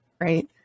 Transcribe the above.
right